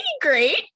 great